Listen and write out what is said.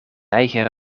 eigen